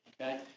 okay